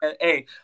hey